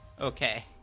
Okay